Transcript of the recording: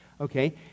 okay